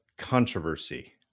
Controversy